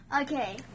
Okay